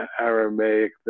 Aramaic